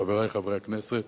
חברי חברי הכנסת,